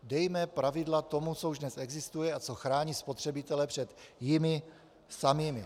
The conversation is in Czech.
Dejme pravidla tomu, co už dnes existuje a co chrání spotřebitele před jimi samými.